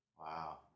Wow